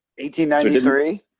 1893